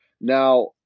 Now